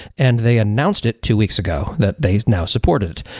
and they announced it two weeks ago that they now support it.